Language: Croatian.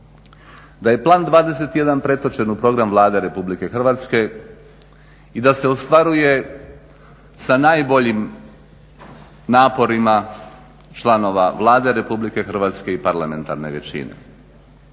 da je Plan 21 pretočen u Program Vlade RH i da se ostvaruje sa najboljim naporima članova Vlade RH i parlamentarne većine.